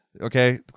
Okay